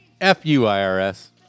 F-U-I-R-S